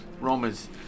Romans